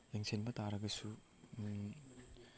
ꯌꯦꯡꯁꯤꯟꯕ ꯇꯥꯔꯒꯁꯨ